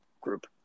group